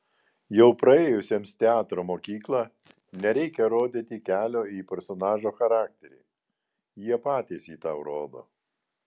jau praėjusiems teatro mokyklą nereikia rodyti kelio į personažo charakterį jie patys jį tau rodo